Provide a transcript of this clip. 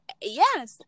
yes